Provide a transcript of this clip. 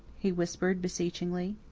he whispered beseechingly.